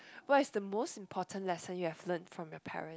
what is the most important lesson you have learn from your parent